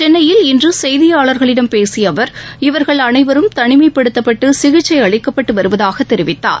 சென்னையில் இன்று செய்தியாளர்களிடம் பேசிய அவர் இவர்கள் அனைவரும் தனிமைப்படுத்தப்பட்டு சிகிச்சை அளிக்கப்பட்டு வருவதாக தெரிவித்தார்